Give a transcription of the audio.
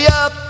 up